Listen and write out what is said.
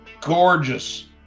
Gorgeous